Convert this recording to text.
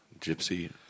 Gypsy